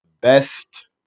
Best